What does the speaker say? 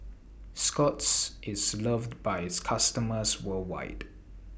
Scott's IS loved By its customers worldwide